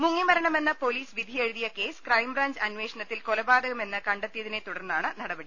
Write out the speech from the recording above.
മുങ്ങിമരണമെന്ന് police വിധിയെഴുതിയ case crime branch അന്വേഷണത്തിൽ കൊലപാതകമെന്ന് കണ്ടെത്തിയതിനെ തുടർന്നാണ് നടപടി